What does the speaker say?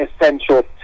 essential